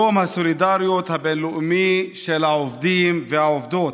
יום הסולידריות הבין-לאומי של העובדים והעובדות.